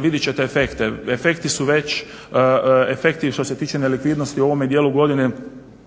Vidjet ćete efekte, efekti što se tiče nelikvidnosti u ovom dijelu godine